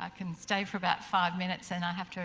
i can stay for about five minutes and i have to